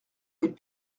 les